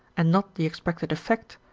and not the expected effect,